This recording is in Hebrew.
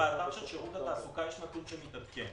באתר של שירות התעסוקה נתון שמתעדכן.